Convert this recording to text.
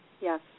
Yes